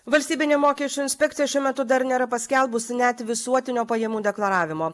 valstybinė mokesčių inspekcija šiuo metu dar nėra paskelbusi net visuotinio pajamų deklaravimo